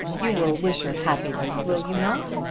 you will wish her happiness will you not?